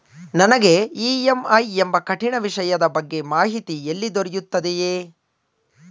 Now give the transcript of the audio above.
ನನಗೆ ಇ.ಎಂ.ಐ ಎಂಬ ಕಠಿಣ ವಿಷಯದ ಬಗ್ಗೆ ಮಾಹಿತಿ ಎಲ್ಲಿ ದೊರೆಯುತ್ತದೆಯೇ?